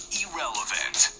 irrelevant